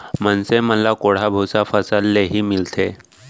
मनसे मन ल कोंढ़ा भूसा फसल ले ही मिलथे